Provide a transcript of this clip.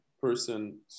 person